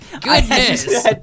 Goodness